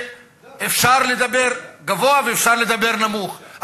אפשר לדבר גבוה ואפשר לדבר נמוך,